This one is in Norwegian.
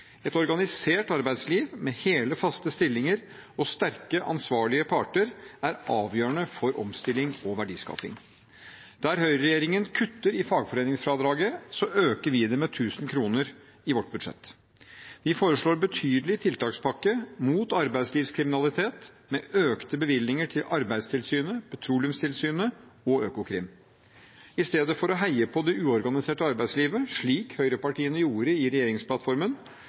Et organisert arbeidsliv, med hele, faste stillinger og sterke, ansvarlige parter er avgjørende for omstilling og verdiskaping. Der høyreregjeringen kutter i fagforeningsfradraget, øker vi det med 1 000 kroner i vårt budsjett. Vi foreslår en betydelig tiltakspakke mot arbeidslivskriminalitet – med økte bevilgninger til Arbeidstilsynet, Petroleumstilsynet og Økokrim. I stedet for å heie på det uorganiserte arbeidslivet, slik høyrepartiene gjorde i regjeringsplattformen,